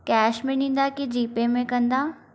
cash में ॾींदा की जी पे में कंदा